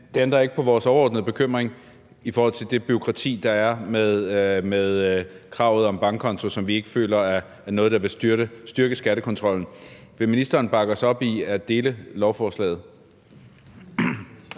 det ændrer ikke på vores overordnede bekymring i forhold til det bureaukrati, der er, med kravet om bankkonto, som vi ikke føler er noget, der vil styrke skattekontrollen. Vil ministeren bakke os op i at dele lovforslaget?